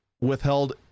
withheld